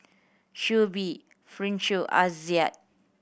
Shuib Farish Aizat